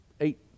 eight